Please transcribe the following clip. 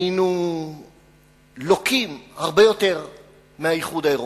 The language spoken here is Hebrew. היינו לוקים הרבה יותר מהאיחוד האירופי.